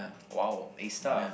!wow! A star